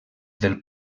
del